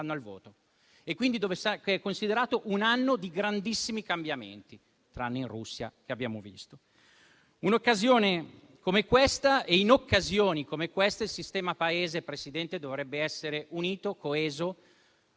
al voto. È considerato un anno di grandissimi cambiamenti, tranne in Russia, dove abbiamo visto la situazione. In occasioni come queste il sistema Paese, Presidente, dovrebbe essere unito e coeso,